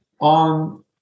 on